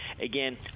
Again